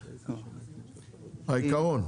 העיקרון.